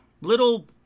little